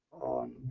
on